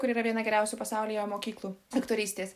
kuri yra viena geriausių pasaulyje mokyklų aktorystės